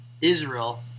Israel